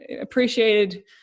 appreciated